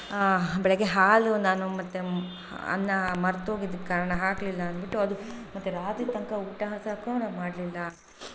ಬೆಳಗ್ಗೆ ಹಾಲು ನಾನು ಮತ್ತೆ ಮೊ ಅನ್ನ ಮರ್ತೋಗಿದ್ದಕ್ಕೆ ಕಾರಣ ಹಾಕಲಿಲ್ಲ ಅಂದ್ಬಿಟ್ಟು ಅದು ಮತ್ತು ರಾತ್ರಿ ತನಕ ಊಟ ಮಾಡಲಿಲ್ಲ